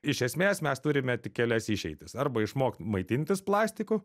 iš esmės mes turime tik kelias išeitis arba išmokt maitintis plastiku